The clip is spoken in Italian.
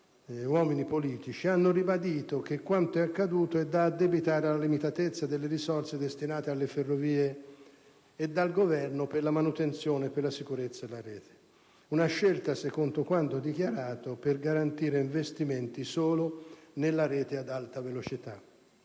altri politici hanno ribadito che quanto accaduto è da addebitare alla limitatezza delle risorse destinate dalle Ferrovie e dal Governo per la manutenzione e per la sicurezza della rete; una scelta, secondo quanto dichiarato, tesa a garantire investimenti solo nella rete ad alta velocità.